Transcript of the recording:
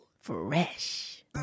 Fresh